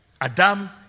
Adam